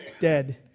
dead